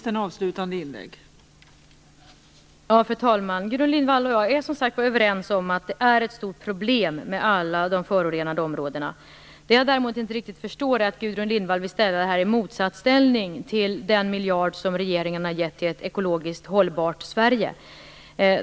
Fru talman! Gudrun Lindvall och jag är som sagt överens om att alla de förorenade områdena är ett stort problem. Det jag däremot inte riktigt förstår är att Gudrun Lindvall vill ställa detta i motsatsställning till den miljard regeringen har gett till ett ekologiskt hållbart Sverige.